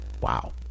Wow